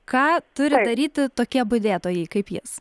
ką turi daryti tokie budėtojai kaip jis